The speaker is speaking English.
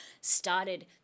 started